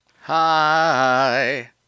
Hi